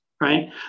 right